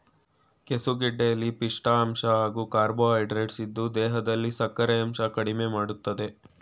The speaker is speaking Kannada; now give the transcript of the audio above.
ಕೆಸುಗೆಡ್ಡೆಲಿ ಪಿಷ್ಠ ಅಂಶ ಹಾಗೂ ಕಾರ್ಬೋಹೈಡ್ರೇಟ್ಸ್ ಇದ್ದು ದೇಹದಲ್ಲಿ ಸಕ್ಕರೆಯಂಶ ಕಡ್ಮೆಮಾಡ್ತದೆ